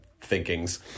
thinkings